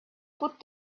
put